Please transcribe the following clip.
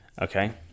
Okay